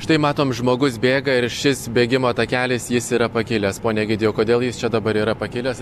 štai matom žmogus bėga ir šis bėgimo takelis jis yra pakilęs pone egidijau kodėl jis čia dabar yra pakilęs